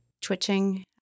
twitching